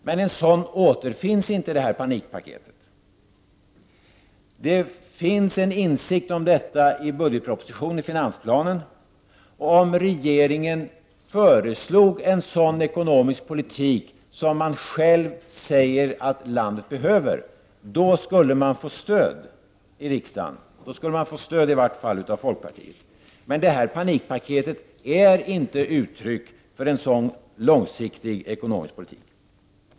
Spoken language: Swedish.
Men en sådan återfinns inte i det här panikpaketet. Det finns en insikt om detta i finansplanen, och om regeringen föreslog en sådan ekonomisk politik som den själv säger att landet behöver, då skulle den få stöd i riksdagen, i vart fall av folkpartiet. Men panikpaketet är inte uttryck för en sådan långsiktig ekonomisk politik.